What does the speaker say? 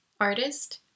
artist